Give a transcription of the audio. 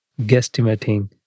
guesstimating